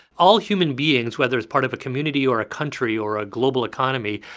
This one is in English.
all human beings, whether as part of a community or a country or a global economy,